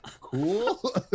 cool